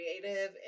creative